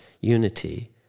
unity